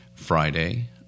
Friday